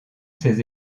ses